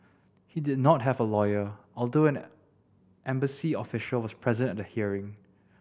he did not have a lawyer although an embassy official was present at the hearing